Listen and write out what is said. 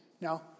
Now